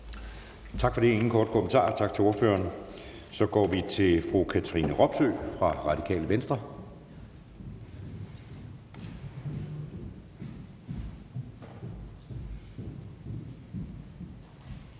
Tak for det. Der er ingen korte bemærkninger. Tak til ordføreren. Så går vi til fru Katrine Robsøe fra Radikale Venstre.